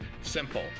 Simple